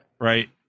Right